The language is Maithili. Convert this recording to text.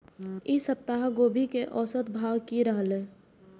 ई सप्ताह गोभी के औसत भाव की रहले?